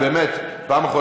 באמת,